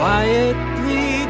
Quietly